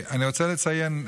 אני רוצה לציין,